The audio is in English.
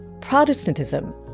Protestantism